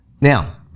Now